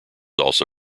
also